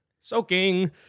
Soaking